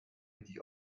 richtig